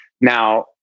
Now